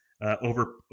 over